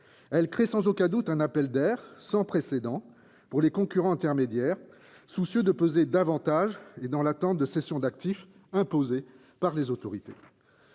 Elle crée, sans aucun doute, un appel d'air sans précédent pour les concurrents intermédiaires, soucieux de peser davantage et dans l'attente de cessions d'actifs imposées par les autorités.